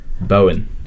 Bowen